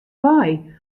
wei